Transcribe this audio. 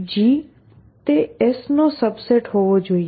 G એ state S નો subset હોવો જોઈએ